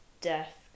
death